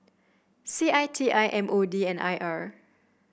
C I T I M O D and I R